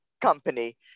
company